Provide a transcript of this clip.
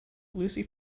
lucy